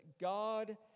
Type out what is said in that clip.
God